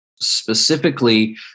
specifically